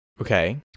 okay